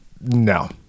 No